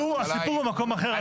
הסיפור הוא מקום אחר,